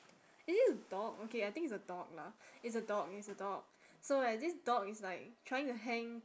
there's this dog okay I think it's a dog lah it's a dog it's a dog so there's this dog it's like trying to hang